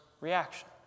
reaction